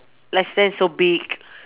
like size so big